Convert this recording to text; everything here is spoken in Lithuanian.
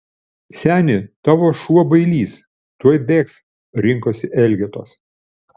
seni tavo šuo bailys tuoj bėgs rinkosi elgetos